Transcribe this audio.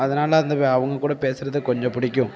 அதனால் அந்த அவங்க கூட பேசுறது கொஞ்சம் பிடிக்கும்